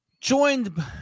joined